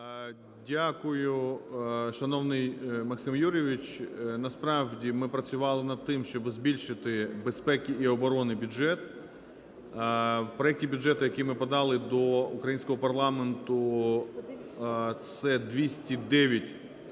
Дякую, шановний Максим Юрійович. Насправді ми працювали над тим, щоби збільшити безпеки і оборони бюджет. В проекті бюджету, який ми подали до українського парламенту, це 209,5